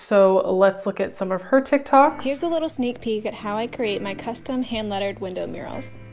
so let's look at some of her tiktoks. here's a little sneak peek at how i create my custom hand lettered window murals.